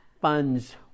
funds